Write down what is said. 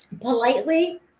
politely